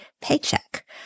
paycheck